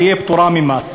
היא תהיה פטורה ממס.